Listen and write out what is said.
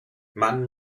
man